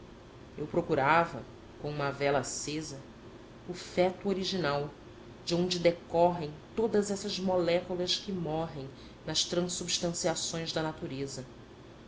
eu procurava com uma vela acesa o feto original de onde decorrem todas essas moléculas que morrem nas transubstanciações da natureza